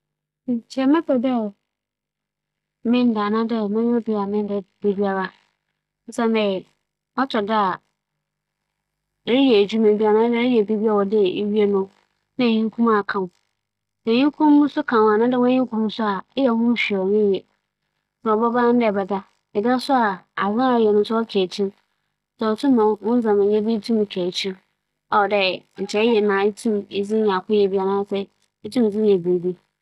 Sɛ wͻdze ato hͻ dɛ mma mennda anaaso mma minndzidzi a, nkyɛ mebɛpɛ dɛ menda mbom osinadɛ sɛ menndzidzi a, monkͻhwɛ a mobowu na minnya apͻwmudzen so osiandɛ ͻnam edziban do na minya apͻwmudzen. Afei so, me nyin bɛyɛ basaa osiandɛ ber a iridzidzi no nna ͻma enyin sontsi ͻno na mebɛfa.